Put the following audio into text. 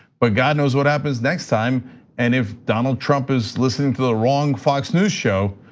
but god knows what happens next time and if donald trump is listening to the wrong fox news show,